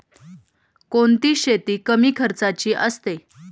कोणती शेती कमी खर्चाची असते?